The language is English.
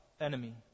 enemy